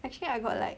actually I got like